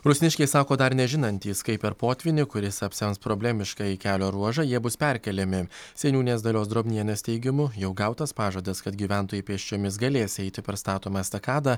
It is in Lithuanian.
rusniškiai sako dar nežinantys kaip per potvynį kuris apsems problemiškąjį kelio ruožą jie bus perkeliami seniūnės dalios drobnienės teigimu jau gautas pažadas kad gyventojai pėsčiomis galės eiti per statomą estakadą